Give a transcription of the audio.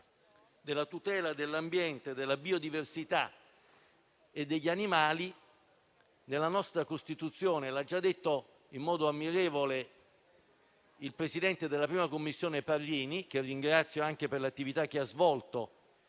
della tutela dell'ambiente, della biodiversità e degli animali nella nostra Costituzione. L'ha già detto in modo ammirevole il presidente della 1a Commissione Parrini, che ringrazio per l'attività svolta